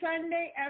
Sunday